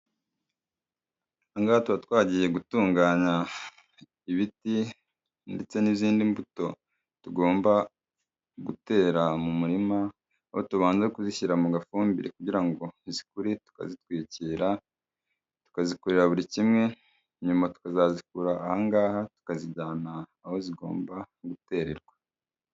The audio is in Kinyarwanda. Ahangaha tuba twagiye gutunganya, ibiti ndetse n'izindi mbuto, tugomba gutera mu murima. Aho tubanza kuzishyira mu gafumbire kugira ngo zikure tukazitwikira, tukazikorera buri kimwe, nyuma tukazazikura aha ngaha. Tukazijyana aho zigomba gutererwa.